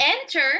enter